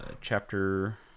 chapter